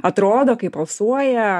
atrodo kaip alsuoja